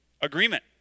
agreement